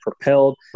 propelled